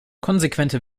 konsequente